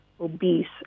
obese